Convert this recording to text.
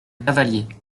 cavalier